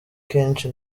kenshi